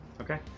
Okay